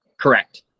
Correct